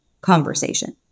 conversation